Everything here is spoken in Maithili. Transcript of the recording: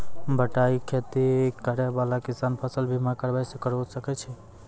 बटाई खेती करै वाला किसान फ़सल बीमा करबै सकै छौ?